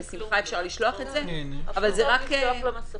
אנחנו מציגים כאן את הנתונים